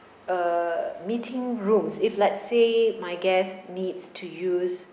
uh meeting rooms if let's say my guest needs to use